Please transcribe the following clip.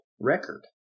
record